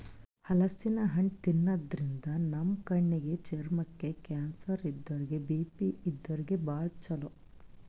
ಹಲಸಿನ್ ಹಣ್ಣ್ ತಿನ್ನಾದ್ರಿನ್ದ ನಮ್ ಕಣ್ಣಿಗ್, ಚರ್ಮಕ್ಕ್, ಕ್ಯಾನ್ಸರ್ ಇದ್ದೋರಿಗ್ ಬಿ.ಪಿ ಇದ್ದೋರಿಗ್ ಭಾಳ್ ಛಲೋ